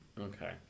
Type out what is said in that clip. Okay